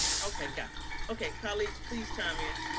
okay. gotcha. okay. colleagues, please chime in.